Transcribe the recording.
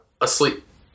asleep